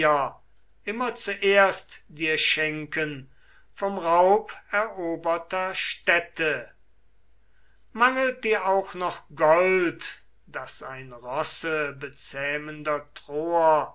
immer zuerst dir schenken vom raub eroberter städte mangelt dir auch noch gold das ein rossebezähmender troer